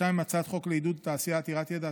הצעת חוק לעידוד תעשייה עתירת ידע,